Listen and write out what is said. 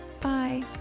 bye